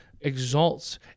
exalts